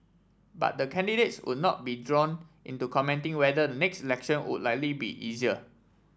but the candidates would not be drawn into commenting whether next election would likely be easier